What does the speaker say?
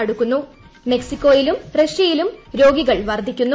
അടുത്തു മെക്സിക്കോയിലും റഷ്യയിലും രോഗികൾ വർദ്ധിക്കുന്നു